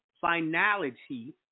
finality